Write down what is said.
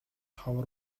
ховор